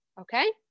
okay